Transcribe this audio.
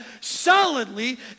solidly